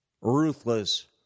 ruthless